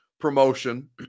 promotion